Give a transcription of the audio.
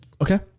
Okay